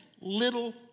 little